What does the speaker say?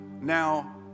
now